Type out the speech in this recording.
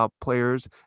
players